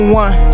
one